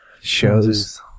Shows